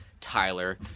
Tyler